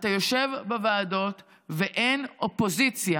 אתה יושב בוועדות ואין אופוזיציה.